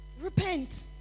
Repent